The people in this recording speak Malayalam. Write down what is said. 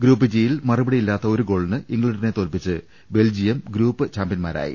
ഗ്രൂപ്പ് ജി യിൽ മറുപടിയില്ലാത്ത ഒരു ഗോളിന് ഇംഗ്ലണ്ടിനെ തോൽപിച്ച് ബെൽജിയം ഗ്രൂപ്പ് ചാമ്പ്യൻമാരായി